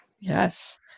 yes